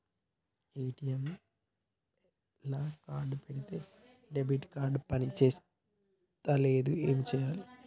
ATM లా card పెడితే నా డెబిట్ కార్డ్ పని చేస్తలేదు ఏం చేయాలే?